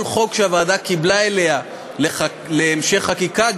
כל חוק שהוועדה קיבלה אליה להמשך חקיקה,